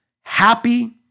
happy